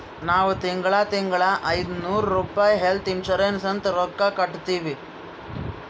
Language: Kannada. ನಾವ್ ತಿಂಗಳಾ ತಿಂಗಳಾ ಐಯ್ದನೂರ್ ರುಪಾಯಿ ಹೆಲ್ತ್ ಇನ್ಸೂರೆನ್ಸ್ ಅಂತ್ ರೊಕ್ಕಾ ಕಟ್ಟತ್ತಿವಿ